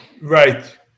right